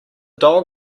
dog